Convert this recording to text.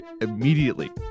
immediately